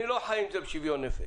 אני לא חי עם זה בשוויון נפש